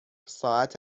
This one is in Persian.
ساعت